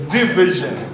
Division